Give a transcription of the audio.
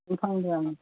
ꯀꯔꯤꯝ ꯐꯪꯗꯦꯃꯤ